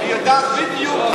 כי היא יודעת בדיוק,